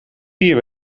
vier